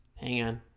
hang on